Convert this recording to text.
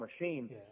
machine